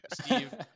Steve